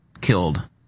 killed